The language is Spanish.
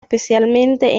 especialmente